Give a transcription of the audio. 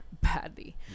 badly